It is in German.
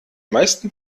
meisten